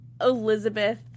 Elizabeth